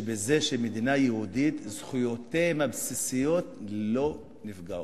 שבזה שהמדינה יהודית זכויותיהם הבסיסיות לא נפגעות.